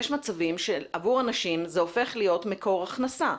יש מצבים שעבור אנשים זה הופך להיות מקור הכנסה.